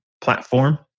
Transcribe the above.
platform